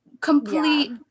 complete